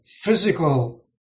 physical